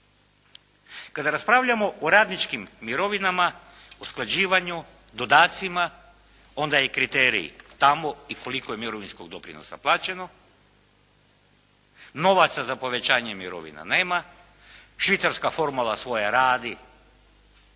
Kada raspravljamo o radničkim mirovinama, usklađivanju, dodacima onda je kriterij tamo i koliko je mirovinskog doprinosa plaćeno. Novaca za povećanje mirovina nema, švicarska formula svoje radi